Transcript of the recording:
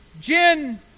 Jen